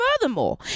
furthermore